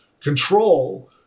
control